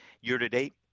Year-to-date